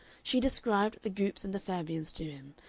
she described the goopes and the fabians to him,